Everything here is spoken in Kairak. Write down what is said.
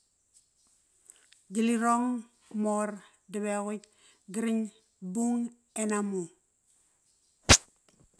Gilirong, Mor, Davequtk, Gring, Bung, Enamu